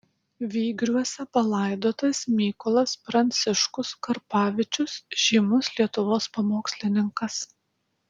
vygriuose palaidotas mykolas pranciškus karpavičius žymus lietuvos pamokslininkas